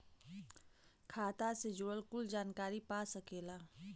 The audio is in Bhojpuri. खाता से जुड़ल कुल जानकारी पा सकेला